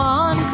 on